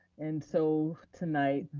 and so tonight,